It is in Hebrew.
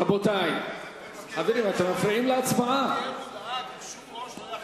אינו נוכח דניאל אילון,